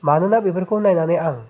मानोना बेफोरखौ नायनानै आं